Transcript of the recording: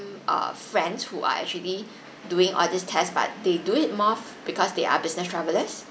err friends who are actually doing all this test but they do it more fo~ because they are business travellers